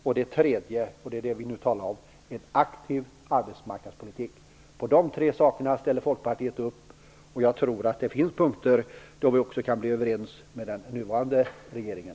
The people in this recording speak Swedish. För det tredje - det är det vi nu talar om - är det en aktiv arbetsmarknadspolitik. På de tre sakerna ställer Folkpartiet upp, och jag tror att det finns punkter där vi också kan bli överens med den nuvarande regeringen.